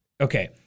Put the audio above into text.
Okay